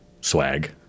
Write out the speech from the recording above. swag